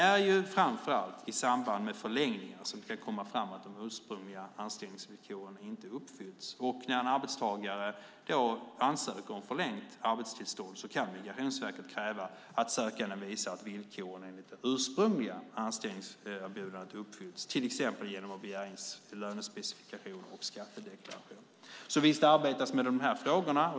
Det är framför allt i samband med förlängningar som det kan komma fram att de ursprungliga anställningsvillkoren inte uppfylls. När en arbetstagare då ansöker om förlängt arbetstillstånd kan Migrationsverket kräva att sökanden visar att villkoren enligt det ursprungliga anställningserbjudandet uppfylls, till exempel genom att begära in lönespecifikationer och skattedeklarationer. Visst arbetas det med de här frågorna.